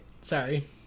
Sorry